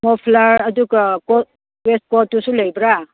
muffler ꯑꯗꯨꯒ ꯋꯦꯁꯀꯣꯠꯇꯨꯁꯨ ꯂꯩꯕ꯭ꯔꯥ